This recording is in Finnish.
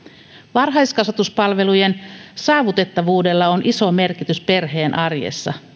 varhaiskasvatuspalvelujen saavutettavuudella on iso merkitys perheen arjessa